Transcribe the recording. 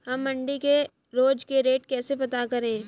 हम मंडी के रोज के रेट कैसे पता करें?